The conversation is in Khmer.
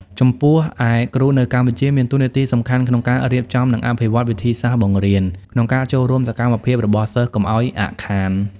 ចំពោះឯ គ្រូនៅកម្ពុជា មានតួនាទីសំខាន់ក្នុងការរៀបចំ និងអភិវឌ្ឍវិធីសាស្ត្របង្រៀន ក្នុងការចូលរួមសកម្មភាពរបស់សិស្សកុំឱ្យអាក់ខាន។